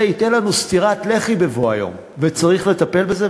זה ייתן לנו סטירת לחי בבוא היום, וצריך לטפל בזה.